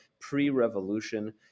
pre-revolution